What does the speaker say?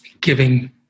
giving